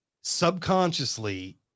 subconsciously